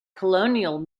colonial